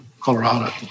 Colorado